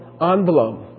envelope